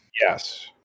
Yes